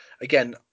again